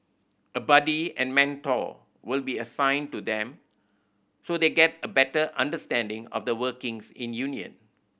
a buddy and mentor will be assigned to them so they get a better understanding of the workings in union